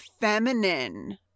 feminine